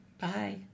Bye